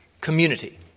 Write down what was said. community